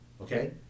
Okay